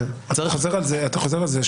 אתה חוזר על זה.